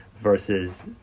versus